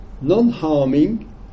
non-harming